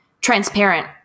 transparent